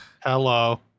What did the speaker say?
Hello